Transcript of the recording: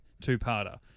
two-parter